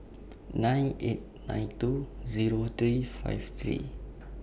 nine eight nine two Zero three five three